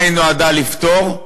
מה היא נועדה לפתור.